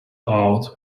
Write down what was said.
out